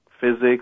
physics